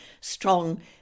strong